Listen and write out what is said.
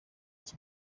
iki